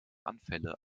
anfälle